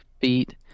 feet